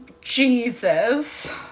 Jesus